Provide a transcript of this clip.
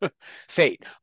fate